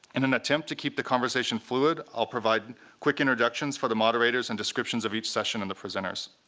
in an attempt to keep the conversation fluid, i'll provide quick introductions for the moderators and descriptions of each session and the presenters.